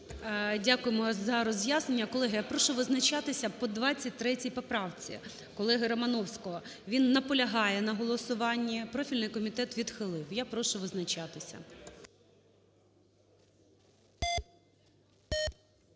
Дякую за роз'яснення. Колеги, я прошу визначатися по 23 поправці колегиРомановського. Він наполягає на голосуванні. Профільний комітет відхилив. Я прошу визначатися.